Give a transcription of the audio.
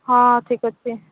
ହଁ ଠିକ୍ ଅଛି